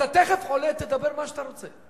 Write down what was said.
אתה תיכף עולה, תדבר מה שאתה רוצה.